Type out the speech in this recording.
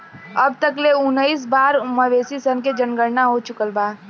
अब तक ले उनऽइस बार मवेशी सन के जनगणना हो चुकल बा